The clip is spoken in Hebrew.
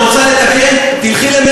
את לבד